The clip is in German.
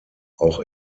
auch